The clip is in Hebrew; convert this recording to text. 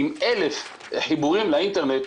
עם 1,000 חיבורים לאינטרנט,